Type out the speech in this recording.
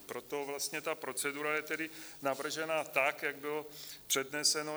Proto je vlastně ta procedura navržena tak, jak bylo předneseno.